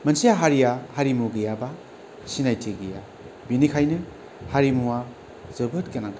मोनसे हारिया हारिमु गैयाबा सिनायथि गैया बेनिखायनो हारिमुवा जोबोद गोनांथार